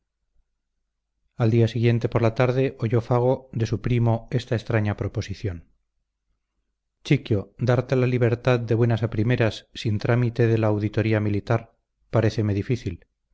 al siguiente día por la tarde oyó fago de su primo esta extraña proposición chiquio darte la libertad de buenas a primeras sin trámite de la auditoría militar paréceme difícil